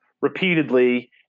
repeatedly